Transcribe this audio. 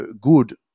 good